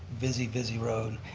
busy, busy road.